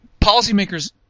policymakers